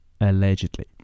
Allegedly